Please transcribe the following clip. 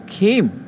came